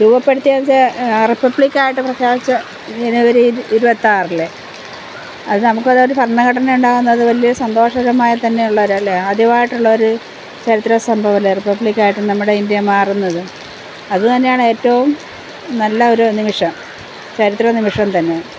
രൂപപ്പെടുത്തിയത് എന്നുവച്ചാല് റിപ്പബ്ലിക്കായിട്ട് പ്രഖ്യാപിച്ച ജനുവരി ഇത് ഇരുപത്തിയാറല്ലേ അതു നമുക്കത് ഒരു ഭരണഘടന ഉണ്ടാകുന്നതു വലിയ സന്തോഷരമായിത്തന്നെ ഉള്ളൊരു ഇതല്ലേ ആദ്യമായിട്ടുള്ളൊരു ചരിത്ര സംഭവമല്ലേ റിപ്പബ്ലിക്കായിട്ട് നമ്മുടെ ഇന്ത്യ മാറുന്നത് അതു തന്നെയാണ് ഏറ്റവും നല്ല ഒരു നിമിഷം ചരിത്ര നിമിഷം തന്നെ